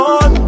on